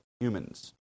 humans